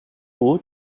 woot